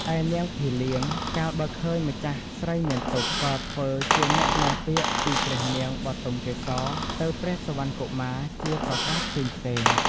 ឯនាងភីលៀង កាលបើឃើញម្ចាស់ស្រីមានទុក្ខ ក៏ធ្វើជាអ្នកនាំពាក្យពីព្រះនាងបុទមកេសរទៅព្រះសុវណ្ណកុមារជាប្រការផ្សេងៗ។